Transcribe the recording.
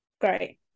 great